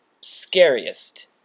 scariest